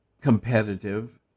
competitive